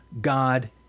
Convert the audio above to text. God—